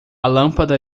lâmpada